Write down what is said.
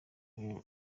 gihe